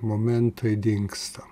momentai dingsta